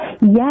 Yes